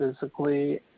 physically